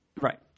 Right